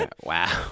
Wow